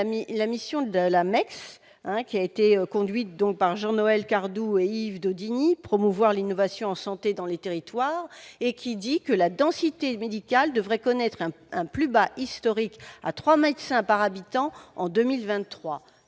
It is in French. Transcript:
la mission de la MNEF, hein, qui a été conduite donc par Jean-Noël Cardoux et Yves Daudigny promouvoir l'innovation santé dans les territoires et qui dit que la densité médicale devrait connaître un plus bas historique à 3 médecins par habitant en 2023.